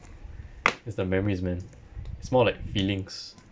it's the memories man it's more like feelings